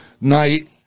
night